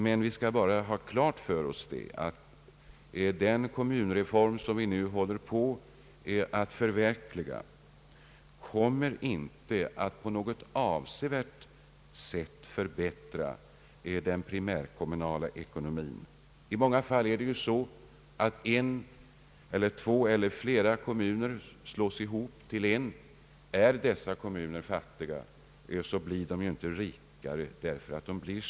Men den löser inte de ekonomiska problemen. Man skapar ingen rik kommun genom att slå ihop två eller fler fattiga kommuner till en. Och det är just detta som sker i många fall.